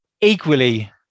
equally